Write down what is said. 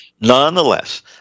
nonetheless